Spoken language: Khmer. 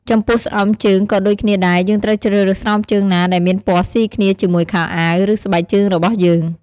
ចំពោះស្រោមជើងក៏ដូចគ្នាដែរយើងត្រូវជ្រើសរើសស្រោមជើងណាដែលមានពណ៌ស៊ីគ្នាជាមួយខោអាវ ឬស្បែកជើងរបស់យើង។